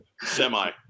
Semi